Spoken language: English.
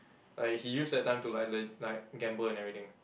like he used that time to like le~ like gamble and everything